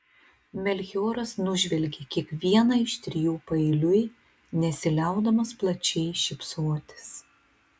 melchioras nužvelgė kiekvieną iš trijų paeiliui nesiliaudamas plačiai šypsotis